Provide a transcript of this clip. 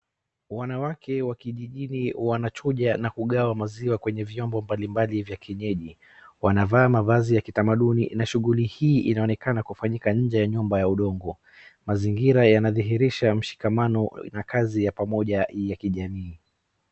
Wanawake wa kijijini wanachuja na kugawa maziwa kwenye vyombo mbalimbali vya kienyeji, wanavaa mavazi ya kitamaduni na shughuli hii inaonekana kufanyika nje ya nyumba ya udongo, mazingira yanadhihirisha mshikamano na kazi ya pamoja ya kijamii.